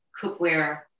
cookware